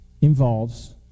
involves